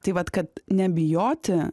tai vat kad nebijoti